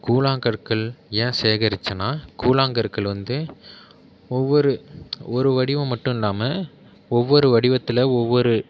கூழாங்கற்கள் ஏன் சேகரிச்சேன்னா கூழாங்கற்கள் வந்து ஒவ்வொரு ஒரு வடிவம் மட்டும் இல்லாமல் ஒவ்வொரு வடிவத்தில் ஒவ்வொரு